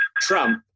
Trump